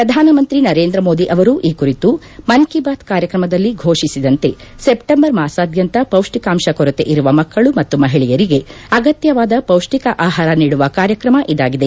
ಪ್ರಧಾನಮಂತ್ರಿ ನರೇಂದ್ರಮೋದಿ ಅವರು ಈ ಕುರಿತು ಮನ್ ಕೀ ಬಾತ್ ಕಾರ್ಯಕ್ರಮದಲ್ಲಿ ಘೋಷಿಸಿದಂತೆ ಸೆಪ್ಲೆಂಬರ್ ಮಾಸಾದ್ಯಂತ ಪೌಷ್ನಿಕಾಂಶ ಕೊರತೆ ಇರುವ ಮಕ್ಕಳು ಮತ್ತು ಮಹಿಳೆಯರಿಗೆ ಅಗತ್ತವಾದ ಪೌಷ್ನಿಕ ಆಹಾರ ನೀಡುವ ಕಾರ್ಯಕ್ತಮ ಇದಾಗಿದೆ